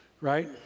right